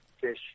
fish